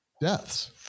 deaths